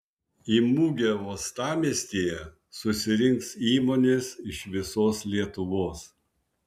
į mugę uostamiestyje susirinks įmonės iš visos lietuvos